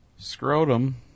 scrotum